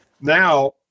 now